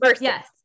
yes